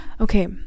okay